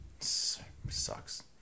sucks